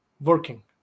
working